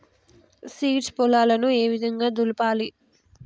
Seeds పొలాలను ఏ విధంగా దులపాలి?